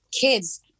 kids